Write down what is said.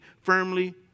firmly